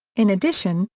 in addition,